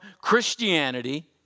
Christianity